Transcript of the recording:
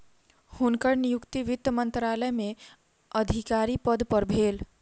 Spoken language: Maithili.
हुनकर नियुक्ति वित्त मंत्रालय में अधिकारी पद पर भेल